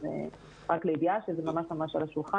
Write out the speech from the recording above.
אז לידיעה, שזה ממש מונח על השולחן.